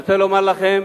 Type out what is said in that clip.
אני רוצה לומר לכם,